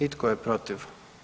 I tko je protiv?